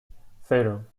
cero